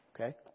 Okay